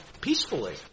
peacefully